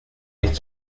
nicht